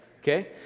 Okay